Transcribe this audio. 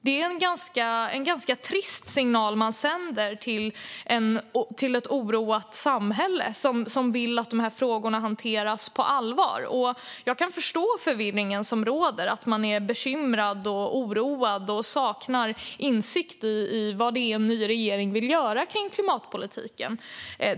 Det är en ganska trist signal att sända till ett oroat samhälle som vill att frågorna hanteras på allvar. Jag kan förstå den rådande förvirringen, att man är bekymrad, oroad och saknar insikt om vad en ny regering vill göra med klimatpolitiken.